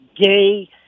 gay